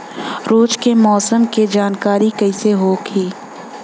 रोज के मौसम के जानकारी कइसे होखि?